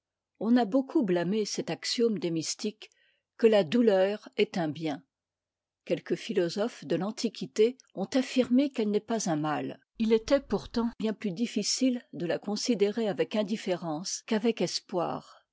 on a beaucoup btâmé cet axiome des mystiques que la douleur est un bien quelques philosophes de l'antiquité ont afbrmé qu'elle n'était pas un mal it est pourtant bien plus difficile de la considérer avec indifférence qu'avec espoir